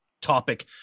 topic